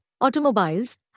automobiles